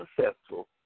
successful